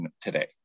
today